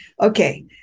okay